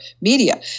media